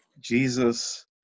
Jesus